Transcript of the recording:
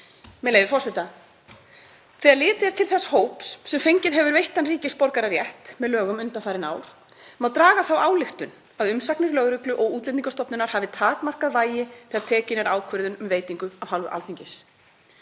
með leyfi forseta: „Þegar litið er til þess hóps sem fengið hefur veittan íslenskan ríkisborgararétt með lögum undanfarin ár má draga þá ályktun að umsagnir lögreglu og Útlendingastofnunar hafi takmarkað vægi þegar tekin er ákvörðun um veitingu af hálfu Alþingis.“